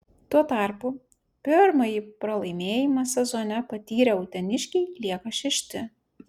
tuo tarpu pirmąjį pralaimėjimą sezone patyrę uteniškiai lieka šešti